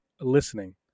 listening